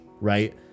right